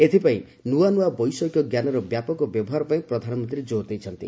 ଏଥିପାଇଁ ନୂଆ ନୂଆ ବୈଷୟିକ ଜ୍ଞାନର ବ୍ୟାପକ ବ୍ୟବହାର ପାଇଁ ପ୍ରଧାନମନ୍ତ୍ରୀ କୋର୍ ଦେଇଛନ୍ତି